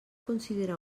considerar